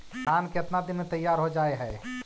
धान केतना दिन में तैयार हो जाय है?